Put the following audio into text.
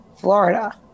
Florida